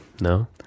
No